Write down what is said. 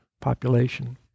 population